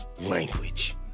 language